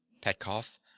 Petkoff